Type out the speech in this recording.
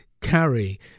carry